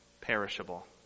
perishable